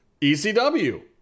ECW